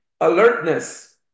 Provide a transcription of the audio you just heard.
alertness